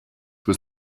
was